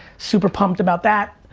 super pumped about that.